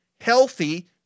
healthy